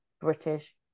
British